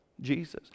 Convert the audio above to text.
Jesus